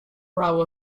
row